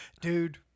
Dude